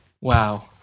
Wow